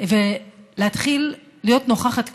ולהתחיל להיות נוכחת כאן,